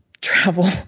travel